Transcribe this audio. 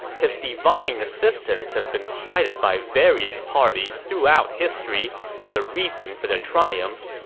his divine assistance has been cited by various parties throughout history as a reason for their triumph.